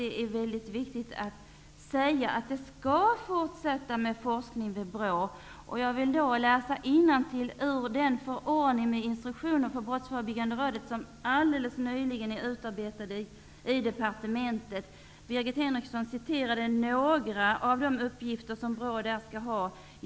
Det är mycket viktigt att säga att man skall fortsätta med forskning hos BRÅ. Jag vill läsa innantill ur den förordning med instruktioner för Brottsförebyggande rådet som alldeles nyligen utarbetats i departementet. Birgit Henriksson nämnde några av de uppgifter som BRÅ skall ha.